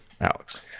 Alex